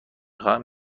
خواهم